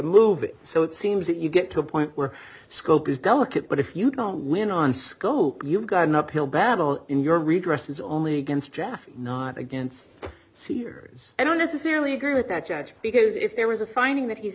it so it seems that you get to a point where scope is delicate but if you don't win on sco you've got an uphill battle in your redress is only against jeff not against seniors i don't necessarily agree with that judge because if there was a finding that he's